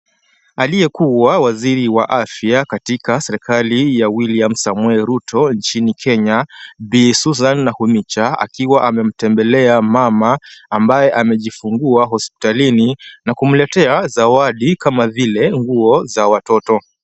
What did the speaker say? Aliyekuwa waziri wa afya katika serikali ya William Samoei Ruto nchini Kenya Bi. Susan Nakhumicha akiwa amemtembelea mama ambaye amejifungua hospitalini na kumletea zawadi kama vile nguo za watoto.